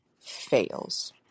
fails